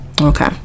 Okay